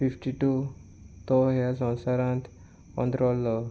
fifty two तो ह्या संवसारांत अंत्रोल्लो